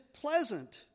pleasant